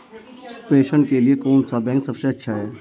प्रेषण के लिए कौन सा बैंक सबसे अच्छा है?